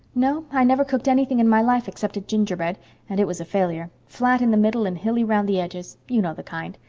no, i never cooked anything in my life except a gingerbread and it was a failure flat in the middle and hilly round the edges. you know the kind.